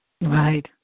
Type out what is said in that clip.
Right